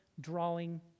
drawing